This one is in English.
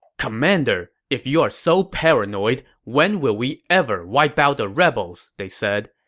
commander, if you are so paranoid, when will we ever wipe out the rebels? they said.